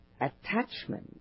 attachment